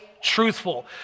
truthful